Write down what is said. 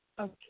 Okay